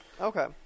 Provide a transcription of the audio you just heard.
Okay